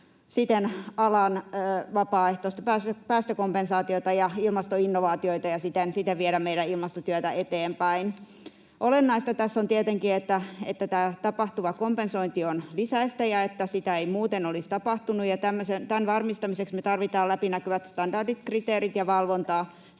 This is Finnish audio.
siten alan vapaaehtoista päästökompensaatiota ja ilmastoinnovaatioita ja siten viedä meidän ilmastotyötä eteenpäin. Olennaista tässä on tietenkin, että tämä tapahtuva kompensointi on lisäystä ja että sitä ei muuten olisi tapahtunut, ja tämän varmistamiseksi me tarvitaan läpinäkyvät standardit, kriteerit ja valvontaa.